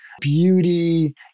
beauty